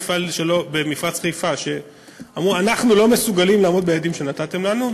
מפעלים במפרץ חיפה שאמרו: אנחנו לא מסוגלים לעמוד ביעדים שנתתם לנו,